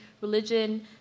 religion